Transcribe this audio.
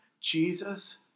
Jesus